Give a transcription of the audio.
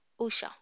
Usha